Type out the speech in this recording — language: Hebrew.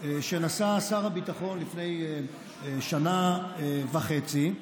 שנשא שר הביטחון לפני שנה וחצי.